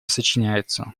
сочиняется